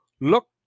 look